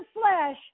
flesh